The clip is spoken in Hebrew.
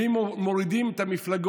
ארבל.